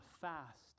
fast